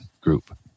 group